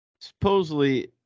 supposedly